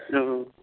ओऽ